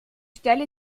stelle